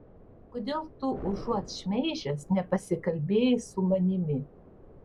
kodėl tu užuot šmeižęs nepasikalbėjai su manimi